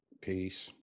Peace